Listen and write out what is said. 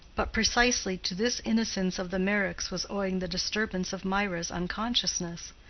but precisely to this innocence of the meyricks was owing the disturbance of mirah's unconsciousness.